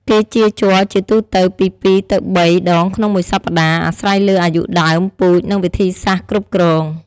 គេចៀរជ័រជាទូទៅពី ២ ទៅ ៣ ដងក្នុងមួយសប្តាហ៍ អាស្រ័យលើអាយុដើម ពូជ និងវិធីសាស្រ្តគ្រប់គ្រង។